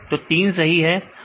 तो 3 सही है